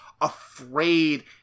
afraid